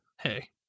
hey